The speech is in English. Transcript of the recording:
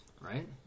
right